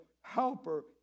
helper